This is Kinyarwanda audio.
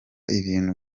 ibintu